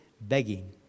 begging